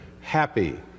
happy